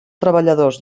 treballadors